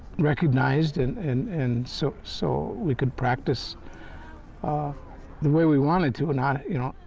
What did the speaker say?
recognized, and and and so so we could practice ah the way we wanted to, not, you know,